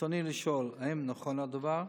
ברצוני לשאול: 1. האם נכון הדבר?